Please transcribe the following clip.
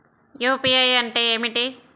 UPI అంటే ఏమిటి?